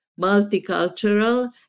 multicultural